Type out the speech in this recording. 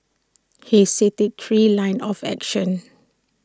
he cited three lines of action